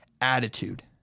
attitude